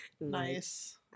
Nice